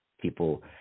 people